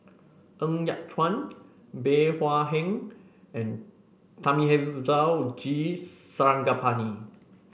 Ng Yat Chuan Bey Hua Heng and Thamizhavel G Sarangapani